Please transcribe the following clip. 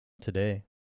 today